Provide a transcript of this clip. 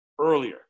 earlier